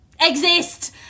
exist